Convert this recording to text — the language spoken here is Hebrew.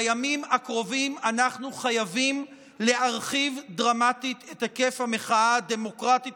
בימים הקרובים אנחנו חייבים להרחיב דרמטית את היקף המחאה הדמוקרטית